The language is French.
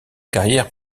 carrière